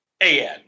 A-N